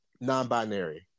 non-binary